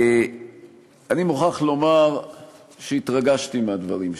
אני מוכרח לומר שהתרגשתי מהדברים שלך,